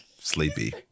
sleepy